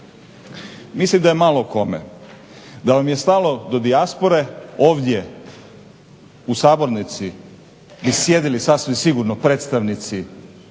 Mislim da je malo kome. Da vam je stalo do dijaspore ovdje u sabornici bi sjedili sasvim sigurno predstavnici